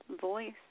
voice